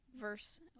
verse